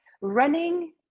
Running